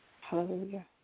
Hallelujah